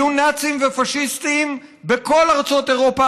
היו נאצים ופשיסטים בכל ארצות אירופה